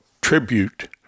tribute